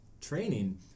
training